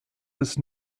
des